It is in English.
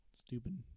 Stupid